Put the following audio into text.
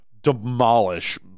demolish